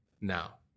now